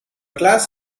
class